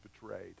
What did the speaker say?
betrayed